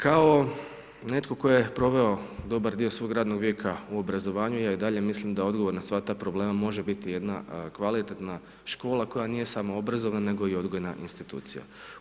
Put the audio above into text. Kao netko tko je proveo dobar dio svog radnog vijeka u obrazovanju, ja i dalje mislim da odgovor na sve te probleme može biti jedna kvalitetna škola koja nije samo obrazovna nego i odgojna institucija.